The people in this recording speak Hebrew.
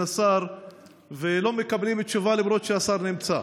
השר ולא מקבלים תשובה למרות שהשר נמצא.